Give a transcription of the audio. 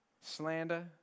Slander